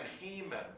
Haman